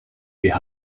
wir